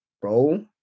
bro